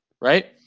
right